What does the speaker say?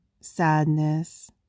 sadness